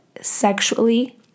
sexually